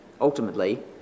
ultimately